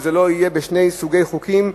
ולא יהיה בשני סוגי חוקים.